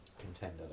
contender